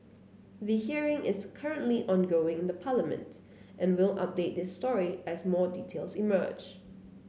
the hearing is currently ongoing in Parliament and we'll update this story as more details emerge